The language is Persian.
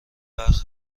وقت